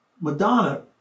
Madonna